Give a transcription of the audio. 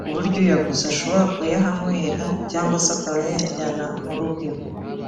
ku buryo uyaguze ashobora kuyahanywera cyangwa se akaba yayajyana mu rugo iwe.